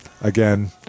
Again